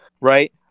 Right